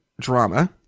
Drama